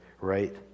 right